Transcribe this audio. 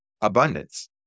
abundance